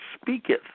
speaketh